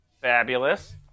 Fabulous